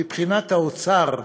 מבחינת האוצר,